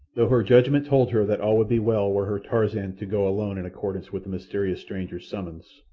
though her judgment told her that all would be well were her tarzan to go alone in accordance with the mysterious stranger's summons,